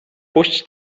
puść